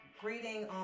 greeting